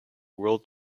world